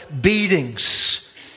beatings